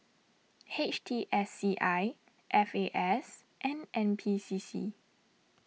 H T S C I F A S and N P C C